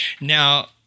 Now